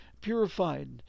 purified